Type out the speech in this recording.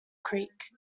creek